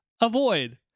avoid